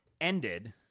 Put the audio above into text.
ended